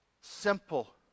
simple